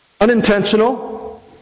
Unintentional